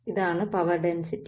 ഇതാണ് power density